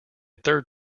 third